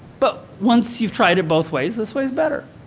but once you've tried it both ways, this way is better.